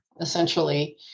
essentially